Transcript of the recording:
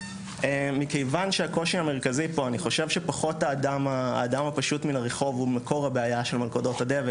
אני חושב שפחות האדם הפשוט מן הרחוב הוא מקור הבעיה של מלכודות הדבק.